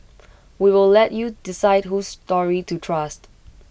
we'll let you decide whose story to trust